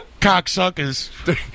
Cocksuckers